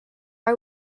are